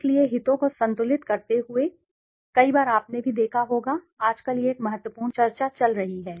इसलिए हितों को संतुलित करते हुए कई बार आपने भी देखा होगा आजकल यह एक महत्वपूर्ण चर्चा चल रही है